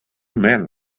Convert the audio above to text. men